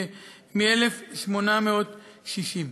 מ-1860.